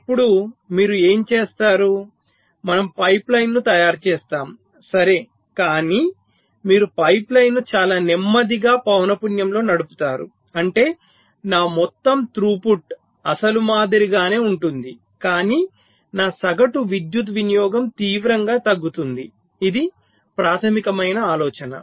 ఇప్పుడు మీరు ఏమి చేస్తారు మనము పైప్లైన్ను తయారుచేస్తాము సరే కానీ మీరు పైప్లైన్ను చాలా నెమ్మదిగా పౌనపున్యంలో నడుపుతారు అంటే నా మొత్తం త్రూపుట్ అసలు మాదిరిగానే ఉంటుంది కానీ నా సగటు విద్యుత్ వినియోగం తీవ్రంగా తగ్గుతుంది ఇది ప్రాథమికమైన ఆలోచన